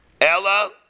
Ella